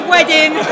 Wedding